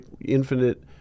infinite